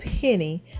penny